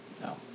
no